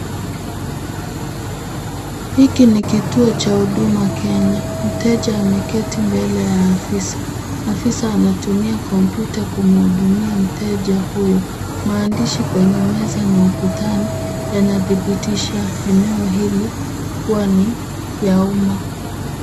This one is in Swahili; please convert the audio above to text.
Hiki ni kituo cha huduma Kenya. Mteja ameketi mbele ya afisa. Afisa anatumia computer kumhudumia mteja huyo. Maandishi kwenye meza na ukutani yanathibitisha eneo hili kuwa ni ya uma.